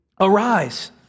arise